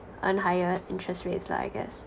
earn higher interest rates lah I guess